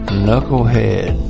knucklehead